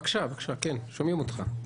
בבקשה, כן, שומעים אותך.